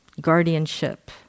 guardianship